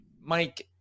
Mike